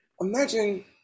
imagine